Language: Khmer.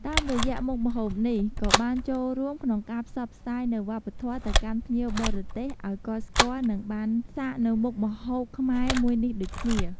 តាមរយៈមុខម្ហូបនេះ ក៏បានចូលរួមក្នុងការផ្សព្វផ្សាយនូវរប្បធម៌ទៅកាន់ភ្ញៀវបរទេសឲ្យគាត់ស្គាល់និងបានសាកនៅមុខម្ហូបខ្មែរមួយនេះដូចគ្នា។